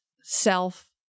self